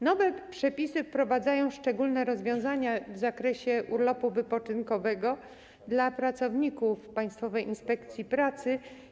Nowe przepisy wprowadzają szczególne rozwiązania w zakresie urlopu wypoczynkowego dla pracowników Państwowej Inspekcji Pracy.